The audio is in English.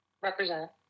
Represent